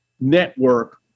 network